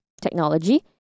technology